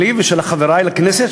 שלי ושל חברי,